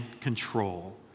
control